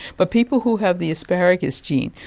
but people who have the asparagus gene,